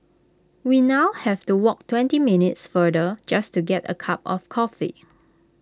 we now have to walk twenty minutes farther just to get A cup of coffee